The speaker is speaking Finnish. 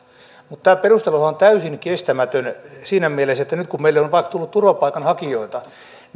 mutta tämä perusteluhan on täysin kestämätön siinä mielessä että nyt kun meille on on vaikka tullut turvapaikanhakijoita niin